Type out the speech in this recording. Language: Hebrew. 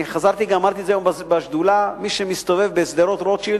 חזרתי ואמרתי את זה היום בשדולה: מי שמסתובב בשדרות-רוטשילד,